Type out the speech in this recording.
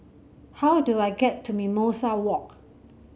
how do I get to Mimosa Walk